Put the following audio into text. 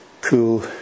cool